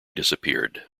disappeared